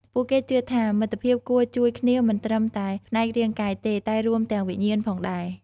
ពួកគេជឿថា មិត្តភាពគួរជួយគ្នាមិនត្រឹមតែផ្នែករាងកាយទេ តែរួមទាំងវិញ្ញាណផងដែរ។